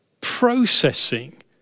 processing